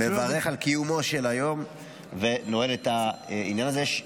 מברך על קיומו של היום ונועל את העניין הזה.